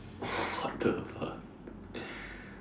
what the fuck